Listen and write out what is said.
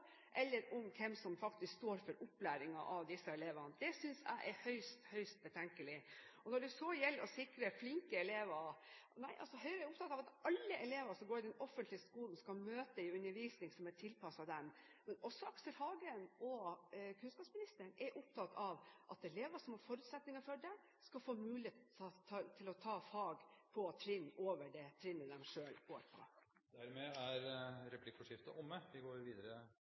eller hvem som faktisk står for opplæringen av disse elevene. Det synes jeg er høyst betenkelig. Når det gjelder å sikre flinke elever: Høyre er opptatt av at alle elever som går i den offentlige skolen, skal møte en undervisning som er tilpasset dem. Men også Aksel Hagen og kunnskapsministeren er opptatt av at elever som har forutsetninger for det, skal få mulighet til å ta fag på trinn over det trinnet de selv går på. Replikkordskiftet er omme.